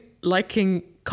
liking